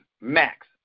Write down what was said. max